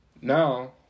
Now